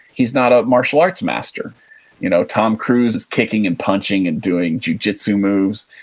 he's not a martial arts master you know tom cruise is kicking and punching and doing jujitsu moves.